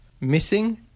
missing